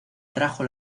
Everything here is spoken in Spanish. trajo